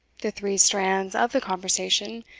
the three strands of the conversation,